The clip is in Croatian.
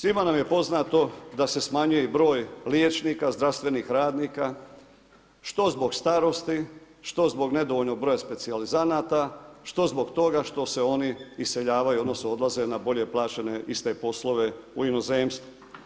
Svima nam je poznato da se smanjuje i broj liječnika, zdravstvenih radnika, što zbog starosti, što zbog nedovoljnog broja specijalizanata, što zbog toga što se oni iseljavaju, odnosno odlaze na bolje plaćene iste poslove u inozemstvo.